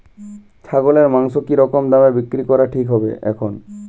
ছাগলের মাংস কী রকম দামে বিক্রি করা ঠিক হবে এখন?